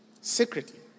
Secretly